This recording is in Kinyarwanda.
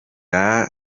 yasabye